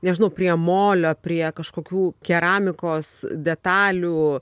nežinau prie molio prie kažkokių keramikos detalių